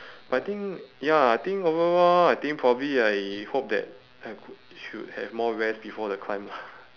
but I think ya I think overall I think probably I hope that I could should have more rest before the climb lah